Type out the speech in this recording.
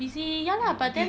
busy ya lah but then